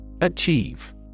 Achieve